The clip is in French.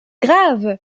grave